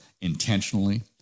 intentionally